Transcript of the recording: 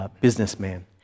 businessman